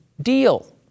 deal